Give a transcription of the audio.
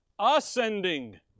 Ascending